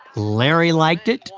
larry liked it.